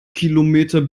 kilometer